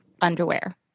underwear